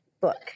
book